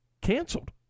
canceled